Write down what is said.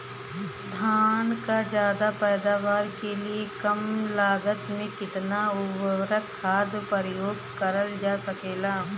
धान क ज्यादा पैदावार के लिए कम लागत में कितना उर्वरक खाद प्रयोग करल जा सकेला?